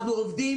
אנחנו עובדים